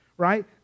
Right